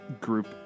group